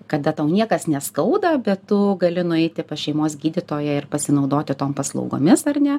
kada tau niekas neskauda bet tu gali nueiti pas šeimos gydytoją ir pasinaudoti tom paslaugomis ar ne